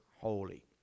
holy